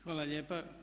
Hvala lijepa.